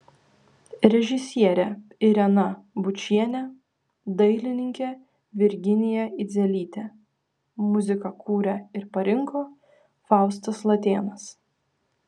režisierė irena bučienė dailininkė virginija idzelytė muziką kūrė ir parinko faustas latėnas